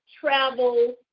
travel